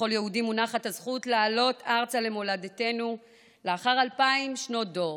לכל יהודי מוקנית הזכות לעלות ארצה למולדתנו לאחר אלפיים שנות דור,